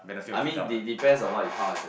I mean they depends on what you count as a